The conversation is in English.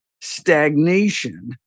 stagnation